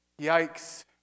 Yikes